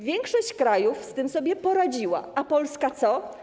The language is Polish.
Większość krajów z tym sobie poradziła, a Polska co?